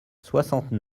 soixante